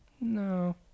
No